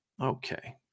Okay